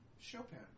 Chopin